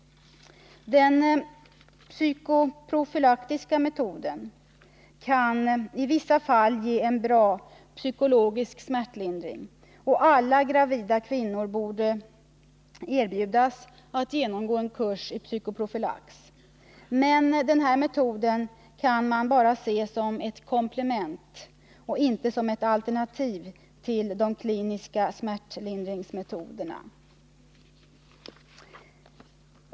Den psykoprofylaktiska metoden kan i vissa fall ge en bra psykologisk smärtlindring, och alla gravida kvinnor borde erbjudas att genomgå en kurs i psykoprofylax. Men den metoden kan man bara se som ett komplement, inte som ett alternativ till de kliniska smärtlindringsmetoderna.